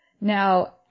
Now